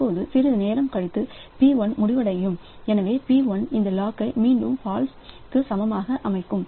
இப்போது சிறிது நேரம் கழித்து P1 முடிவடையும் எனவே P1 இந்த லாக் மீண்டும் ஃபால்ஸ் சமமாக அமைக்கும்